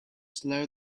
slowed